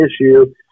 issue